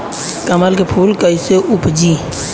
कमल के फूल कईसे उपजी?